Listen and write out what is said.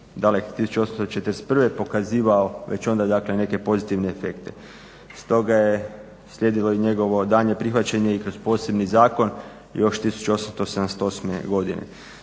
daleke 1841.pokazivao već onda neke pozitivne efekte. Stoga je slijedilo i njegovo daljnje prihvaćanje i kroz posebni zakon još 1878.godine.